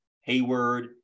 Hayward